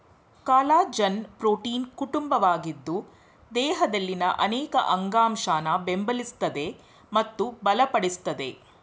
collagen ಪ್ರೋಟೀನ್ನ ಕುಟುಂಬವಾಗಿದ್ದು ದೇಹದಲ್ಲಿನ ಅನೇಕ ಅಂಗಾಂಶನ ಬೆಂಬಲಿಸ್ತದೆ ಮತ್ತು ಬಲಪಡಿಸ್ತದೆ